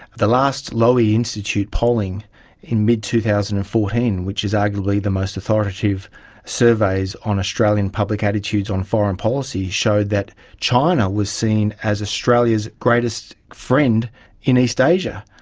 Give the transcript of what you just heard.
the last lowy institute polling in mid two thousand and fourteen, which is arguably the most authoritative surveys on australian public attitudes on foreign policy, showed that china was seen as australia's greatest friend in east asia,